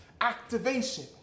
activation